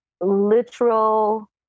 literal